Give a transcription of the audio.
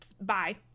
bye